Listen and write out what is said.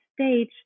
stage